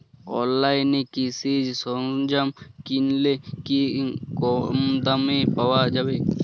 অনলাইনে কৃষিজ সরজ্ঞাম কিনলে কি কমদামে পাওয়া যাবে?